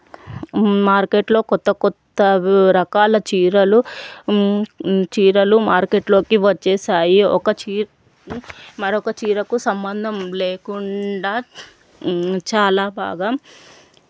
మార్కెట్లో క్రొత్త క్రొత్త రకాల చీరలు చీరలు మార్కెట్లోకి వచ్చేసాయి ఒక చీర మరొక చీరకు సంబంధం లేకుండా చాలా బాగా